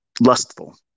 lustful